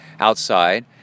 outside